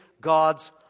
God's